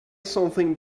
something